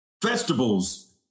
Vegetables